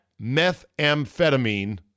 methamphetamine